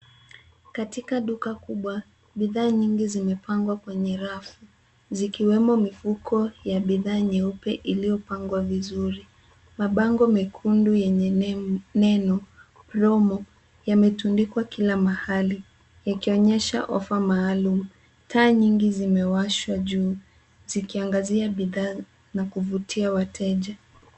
Katika duka kubwa, bidhaa nyingi zimepangwa kwenye rafu zikiwemo mifuko ya bidhaa nyeupe iliyopangwa vizuri. Mabango mekundu yenye neno Promo yametundikwa kila mahali yakionyesha offer maalum. Taa nyingi zimewashwa juu zikiangazia bidhaa na kuvutia wateja.